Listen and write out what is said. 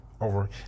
over